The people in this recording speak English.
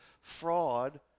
fraud